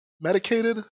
medicated